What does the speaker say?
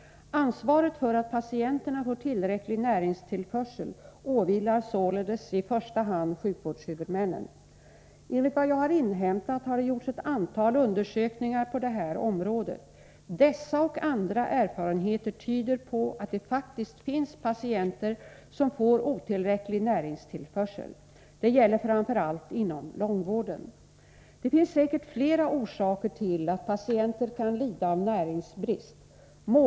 Ansvaret för att patienterna får tillräcklig näringstillförsel åvilar således i första hand sjukvårdshuvudmännen. Enligt vad jag har inhämtat har det gjorts ett antal undersökningar på det här området. Dessa och andra erfarenheter tyder på att det faktiskt finns patienter som får otillräcklig näringstillförsel. Det gäller framför allt inom långvården. Det finns säkert flera orsaker till att patienter kan lida av näringsbrist.